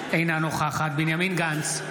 אינה נוכחת בנימין גנץ,